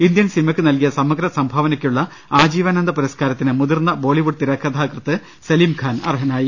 Indian സിനിമയ്ക്കു നൽകിയ സമഗ്രസംഭാവനയ്ക്കുള്ള ആജീവനാന്ത പുരസ്കാരത്തിന് മുതിർന്ന ബോളിവുഡ് തിരക്കഥാകൃത്ത് സലിംഖാൻ അർഹനായി